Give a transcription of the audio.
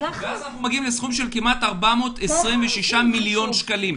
ואז אנחנו מגיעים לסכום של כ- 426 מיליון שקלים.